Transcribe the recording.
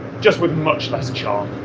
just with much less charm.